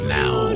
now